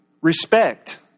respect